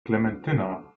klementyna